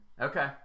okay